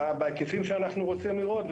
בהיקפים שאנחנו רוצים לראות,